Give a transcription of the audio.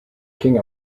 king